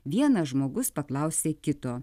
vienas žmogus paklausė kito